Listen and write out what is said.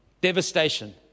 devastation